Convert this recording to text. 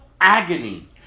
agony